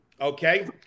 Okay